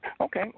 Okay